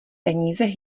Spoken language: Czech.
peníze